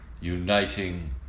uniting